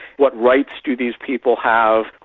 what rights do these people have,